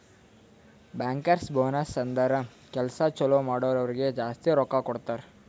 bankers bonus ಅಂದುರ್ ಕೆಲ್ಸಾ ಛಲೋ ಮಾಡುರ್ ಅವ್ರಿಗ ಜಾಸ್ತಿ ರೊಕ್ಕಾ ಕೊಡ್ತಾರ್